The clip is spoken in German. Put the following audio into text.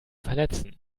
verletzen